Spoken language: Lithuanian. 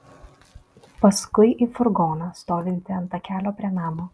paskui į furgoną stovintį ant takelio prie namo